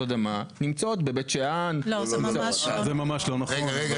אדמה נמצאות בבית שאן --- זה ממש לא נכון.